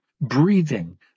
breathing